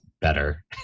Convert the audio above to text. better